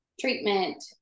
treatment